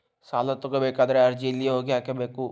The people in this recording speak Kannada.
ಸಾಲ ತಗೋಬೇಕಾದ್ರೆ ಅರ್ಜಿ ಎಲ್ಲಿ ಹೋಗಿ ಹಾಕಬೇಕು?